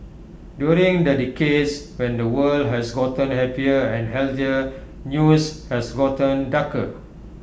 during the decades when the world has gotten happier and healthier news has gotten darker